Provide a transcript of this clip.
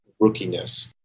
rookiness